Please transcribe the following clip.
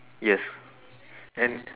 yes and